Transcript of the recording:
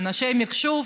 אנשי מחשוב,